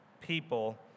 people